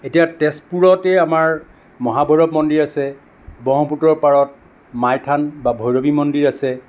এতিয়া তেজপুৰতে আমাৰ মহাভৈৰৱ মন্দিৰ আছে ব্ৰহ্মপুত্ৰৰ পাৰত মাই থান বা ভৈৰৱী মন্দিৰ আছে